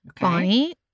Bonnie